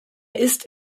ist